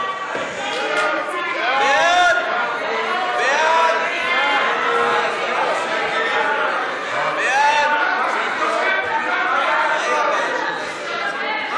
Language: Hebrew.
ההצעה להעביר את הצעת חוק שעות עבודה ומנוחה (תיקון מס' 16),